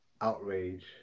outrage